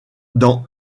dans